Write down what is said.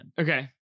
Okay